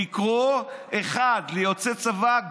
"לקרוא 1. ליוצא צבא,